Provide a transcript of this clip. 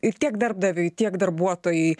ir tiek darbdaviui tiek darbuotojui